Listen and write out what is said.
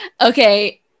Okay